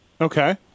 Okay